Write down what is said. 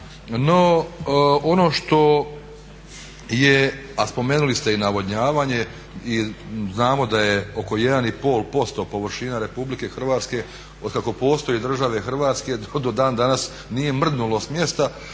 No, ono što je a spomenuli ste i navodnjavanje i znamo da je oko 1,5% površina RH od kako postoji države Hrvatske do dan danas nije mrdnulo s mjesta